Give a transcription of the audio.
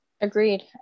Agreed